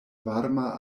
varma